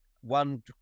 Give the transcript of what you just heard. one